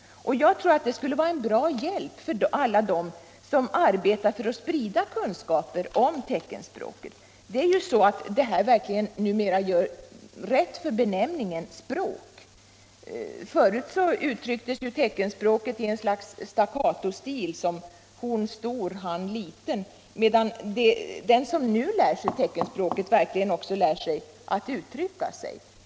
Jag tror att det skulle vara en bra hjälp för alla dem som arbetar med att sprida kunskaper om teckenspråket. Det gör ju numera verkligen skäl för benämningen språk. Tidigare uttrycktes teckenspråket i ett slags staccatostil, såsom ”hon stor, han liten”, medan den som nu lär sig teckenspråket verkligen också får möjligheter att uttrycka sig.